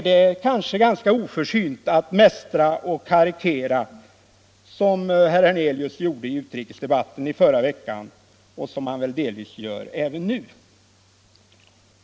Det är därför oförsynt att mästra och karikera som herr Hernelius gjorde i utrikesdebatten i förra veckan och som han väl delvis gör även nu.